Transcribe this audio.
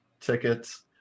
tickets